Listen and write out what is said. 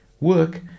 Work